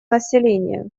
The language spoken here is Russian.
населения